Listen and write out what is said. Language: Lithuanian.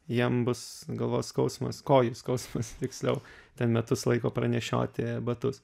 jiem bus galvos skausmas kojų skausmas tiksliau ten metus laiko pranešioti batus